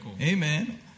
Amen